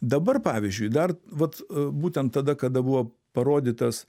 dabar pavyzdžiui dar vat būtent tada kada buvo parodytas